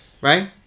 right